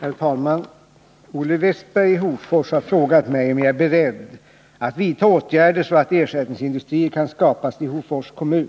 Herr talman! Olle Wästberg i Hofors har frågat mig om jag är beredd att vidta åtgärder så att ersättningsindustrier kan skapas i Hofors kommun.